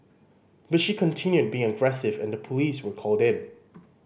but she continued being aggressive and the police were called in